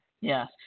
Yes